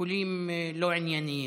משיקולים לא עניינים.